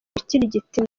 gukirigita